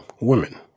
women